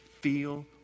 feel